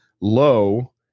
low